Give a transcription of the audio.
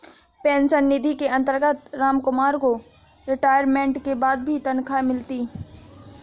pension निधि के अंतर्गत रामकुमार को रिटायरमेंट के बाद भी तनख्वाह मिलती